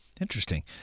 Interesting